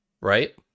Right